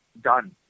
done